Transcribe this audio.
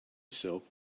silk